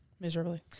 miserably